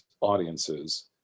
audiences